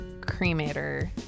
cremator